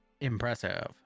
Impressive